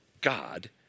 God